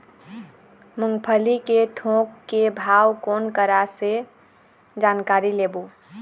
मूंगफली के थोक के भाव कोन करा से जानकारी लेबो?